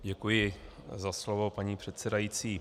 Děkuji za slovo, paní předsedající.